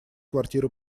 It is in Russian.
квартиры